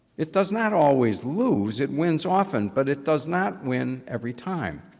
it does not always lose, it wins often, but it does not win every time,